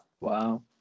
Wow